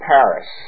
Paris